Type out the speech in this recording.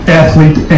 athlete